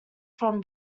from